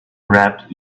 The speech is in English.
wrapped